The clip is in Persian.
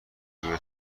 روی